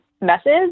message